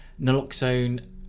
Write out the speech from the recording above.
naloxone